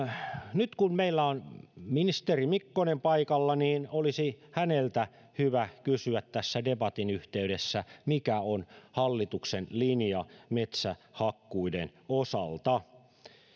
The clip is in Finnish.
nyt kun meillä on ministeri mikkonen paikalla niin häneltä olisi hyvä kysyä tässä debatin yhteydessä mikä on hallituksen linja metsähakkuiden osalta